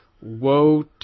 Woe